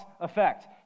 effect